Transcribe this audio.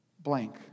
blank